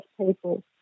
people